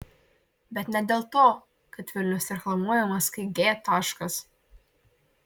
bet ne dėl to kad vilnius reklamuojamas kaip g taškas